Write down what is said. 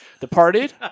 Departed